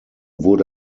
wurde